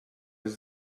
does